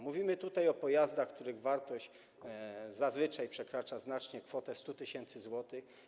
Mówimy tutaj o pojazdach, których wartość zazwyczaj przekracza znacznie kwotę 100 tys. zł.